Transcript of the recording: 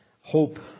hope